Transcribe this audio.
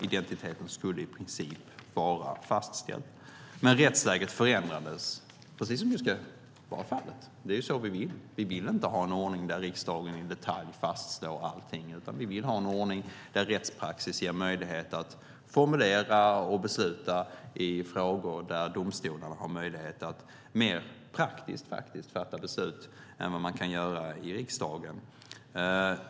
Identiteten skulle i princip vara fastställd. Men rättsläget förändrades. Detta ska också vara fallet. Det är det vi vill. Vi vill inte ha en ordning där riksdagen i detalj fastslår allting, utan vi vill ha en ordning där rättspraxis ger möjlighet att formulera detta och besluta i frågor där domstolarna har möjlighet att fatta beslut mer praktiskt än vad man kan göra i riksdagen.